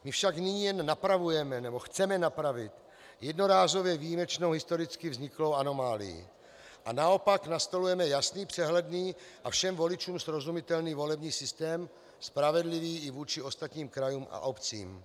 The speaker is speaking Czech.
My však nyní jen napravujeme, nebo chceme napravit, jednorázově výjimečnou, historicky vzniklou anomálii a naopak nastolujeme jasný, přehledný a všem voličům srozumitelný volební systém, spravedlivý i vůči ostatním krajům a obcím.